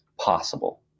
possible